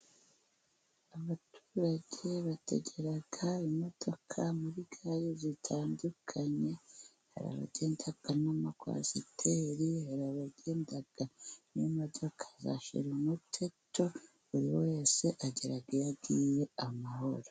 Abaturage bategera imodoka muri gare zitandukanye, hari abagenda n'amakwasiteri, hari abagenda mu modoka za shirumuteto, buri wese agera iyo agiye amahoro.